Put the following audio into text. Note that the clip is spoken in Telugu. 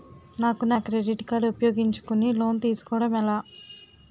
నాకు నా క్రెడిట్ కార్డ్ ఉపయోగించుకుని లోన్ తిస్కోడం ఎలా?